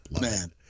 man